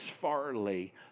Farley